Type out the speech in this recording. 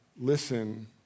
listen